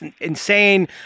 insane